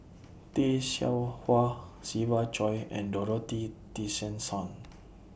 Tay Seow Huah Siva Choy and Dorothy Tessensohn